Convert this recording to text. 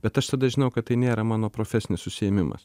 bet aš tada žinau kad tai nėra mano profesinis užsiėmimas